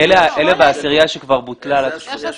אלה בעשירייה שכבר בוטל להם.